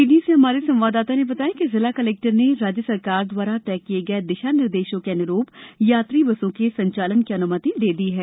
सीधी से हमारे संवाददाता ने बताया है कि जिला कलेक्टर ने राज्य शासन द्वारा तय किये गये दिशा निर्देशों के अनुरूप यात्री बसों के संचालन की अनुमति दे दी है